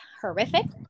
horrific